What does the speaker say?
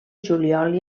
juliol